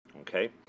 okay